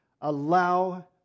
allow